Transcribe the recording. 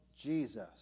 Jesus